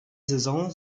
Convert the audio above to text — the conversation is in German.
saison